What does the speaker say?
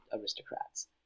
Aristocrats